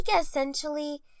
essentially